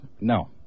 No